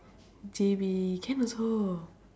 J_B can also